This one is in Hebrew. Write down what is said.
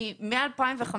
כי מ-2005,